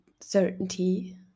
certainty